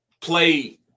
play